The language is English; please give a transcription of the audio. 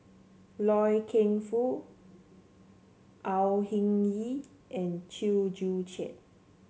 Loy Keng Foo Au Hing Yee and Chew Joo Chiat